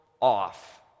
off